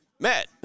Matt